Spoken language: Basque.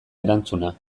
erantzuna